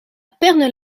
pernes